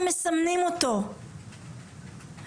האם אתם מתכוונים להכין נוהל סדור אל